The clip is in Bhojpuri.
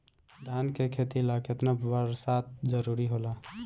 धान के खेती ला केतना बरसात जरूरी होला?